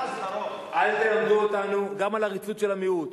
אל תלמדו אותנו גם על עריצות של המיעוט,